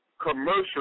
commercial